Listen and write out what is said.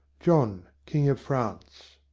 john, king of france.